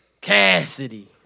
Cassidy